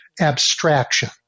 abstraction